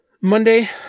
Monday